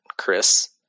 Chris